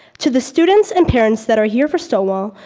to the students and parents that are here for stonewall,